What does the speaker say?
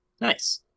Nice